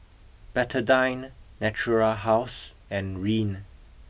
Betadine Natura House and Rene